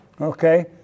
okay